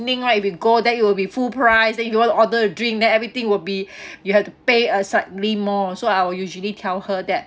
right if you go that it will be full price then you want to order a drink then everything would be you have to pay a slightly more so I will usually tell her that